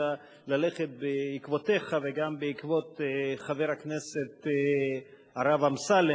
אלא ללכת בעקבותיך וגם בעקבות חבר הכנסת הרב אמסלם,